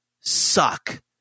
suck